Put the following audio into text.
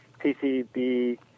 PCB